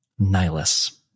Nihilus